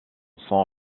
sont